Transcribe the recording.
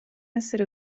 essere